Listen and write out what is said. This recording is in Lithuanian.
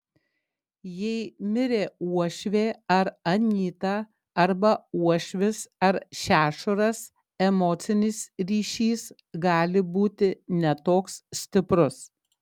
jei mirė uošvė ar anyta arba uošvis ar šešuras emocinis ryšys gali būti ne toks stiprus